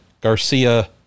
Garcia